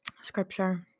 scripture